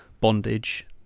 bondage